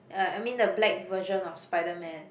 ya I mean the black version of Spiderman